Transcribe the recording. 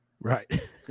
Right